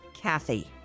Kathy